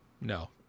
no